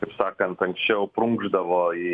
taip sakant anksčiau prunkšdavo į